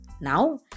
Now